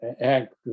act